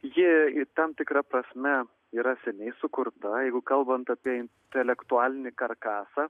ji tam tikra prasme yra seniai sukurta jeigu kalbant apie intelektualinį karkasą